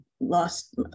lost